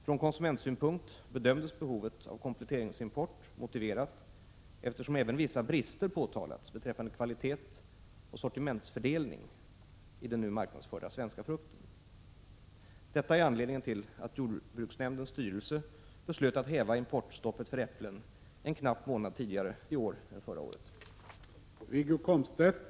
Från konsumentsynpunkt bedömdes behovet av kompletteringsimport motiverad, eftersom även vissa brister påtalats beträffande kvalitet och sortimentsfördelning i den nu marknadsförda svenska frukten. Detta är anledningen till att jordbruksnämndens styrelse beslöt att häva importstoppet för äpplen en knapp månad tidigare i år än förra året.